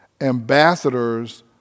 Ambassadors